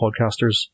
podcasters